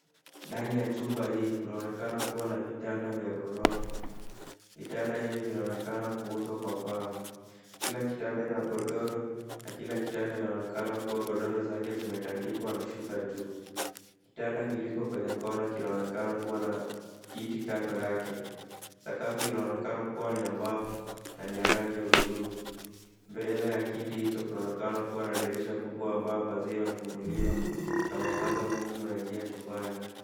Ndani ya chumba hii, kunaonekana kuwa na vitanda vya gorofa. Vitanda hivi vinaonekana kuundwa kwa mbao. Kila kitanda ina godoro na kila kitanda inaonekana kuwa godoro zake zimetandikwa na shuka juu. Kitanda kiliko kwenye kona kinaonekana kuwa na kiti kando yake. Sakafu inaonekana kuwa ni ya mbao na ni ya rangi ya hudhurungi. Mbele ya kiti hicho kunaonekana kuwa na dirisha kubwa ambayo pazia imefunguliwa na mwangaza mwingi unaingia chumbani.